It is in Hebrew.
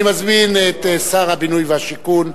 אני מזמין את שר הבינוי והשיכון,